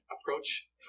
approach